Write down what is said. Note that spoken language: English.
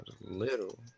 little